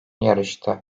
yarıştı